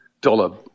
dollar